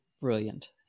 brilliant